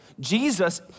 Jesus